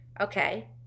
Okay